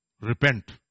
repent